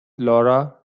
laura